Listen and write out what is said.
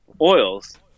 oils